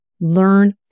learn